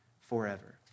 forever